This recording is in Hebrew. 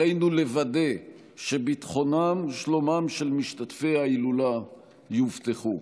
עלינו לוודא שביטחונם ושלומם של משתתפי ההילולה יובטחו.